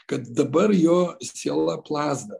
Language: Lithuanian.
kad dabar jo siela plazda